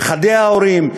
חדי-ההורים,